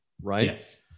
Right